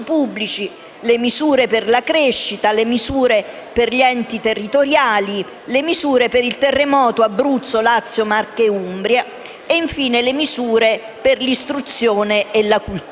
le misure per la crescita; le misure per gli enti territoriali; le misure per il terremoto di Abruzzo, Lazio, Marche e Umbria; infine, le misure per l'istruzione e la cultura.